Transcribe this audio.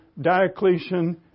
Diocletian